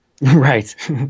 Right